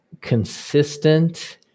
consistent